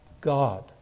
God